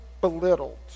belittled